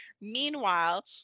meanwhile